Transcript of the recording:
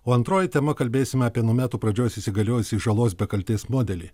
o antroji tema kalbėsime apie nuo metų pradžios įsigaliojusį žalos be kaltės modelį